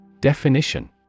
Definition